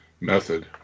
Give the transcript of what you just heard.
method